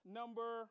number